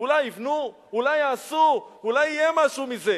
אולי יבנו, אולי יעשו, אולי יהיה משהו מזה.